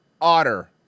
otter